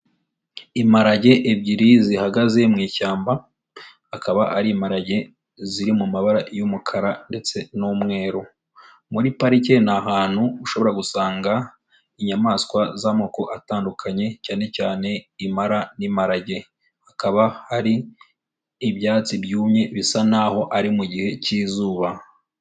Imparage ebyiri zihagaze mu ishyamba, akaba ari imparage ziri mu mabara y'umukara ndetse n'umweru, muri parike ni ahantu ushobora gusanga inyamaswa z'amoko atandukanye cyane cyane impara n'imparage, hakaba hari ibyatsi byumye bisa n'aho ari mu gihe cy'izuba.